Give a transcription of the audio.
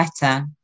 better